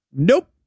Nope